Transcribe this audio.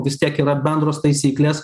vis tiek yra bendros taisyklės